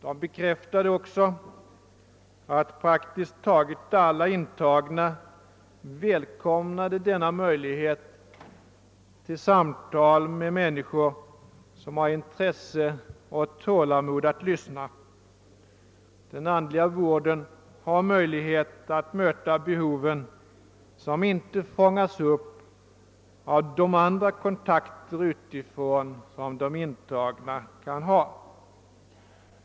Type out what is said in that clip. De bekräftade också att praktiskt taget alla intagna välkomnade denna möjlighet till samtal med människor som har intresse och tålamod att lyssna. Den andliga vården har möjlighet att möta sådana behov som inte fångas upp av de andra kontakter utifrån som de intagna kan ha.